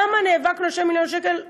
כמה נאבקנו על 2 מיליון שקל.